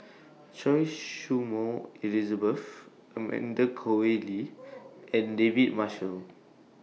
Choy Su Moi Elizabeth Amanda Koe Lee and David Marshall